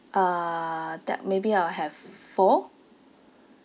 uh that maybe I'll have f~ four